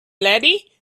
lady